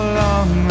long